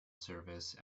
service